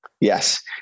Yes